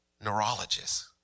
neurologist